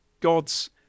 god's